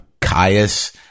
Caius